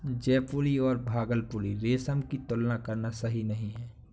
जयपुरी और भागलपुरी रेशम की तुलना करना सही नही है